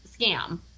scam